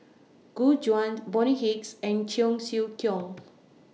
Gu Juan Bonny Hicks and Cheong Siew Keong